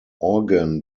organ